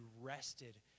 rested